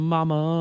Mama